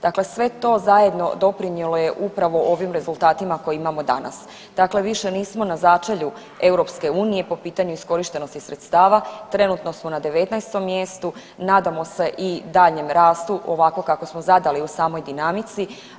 Dakle, sve to zajedno doprinijelo je upravo ovim rezultatima koje imamo danas, dakle više nismo na začelju EU po pitanju iskorištenosti sredstava, trenutno smo na 19. mjestu, nadamo se i daljem rastu ovako kako smo zadali u samoj dinamici.